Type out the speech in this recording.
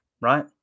right